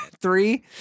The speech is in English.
Three